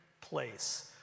place